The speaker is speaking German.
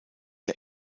der